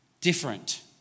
different